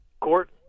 court